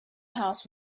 house